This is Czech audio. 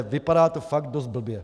Vypadá to fakt dost blbě.